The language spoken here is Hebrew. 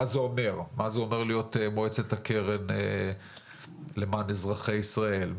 מה זה אומר להיות מועצת הקרן למען אזרחי ישראל,